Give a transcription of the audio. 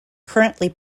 currently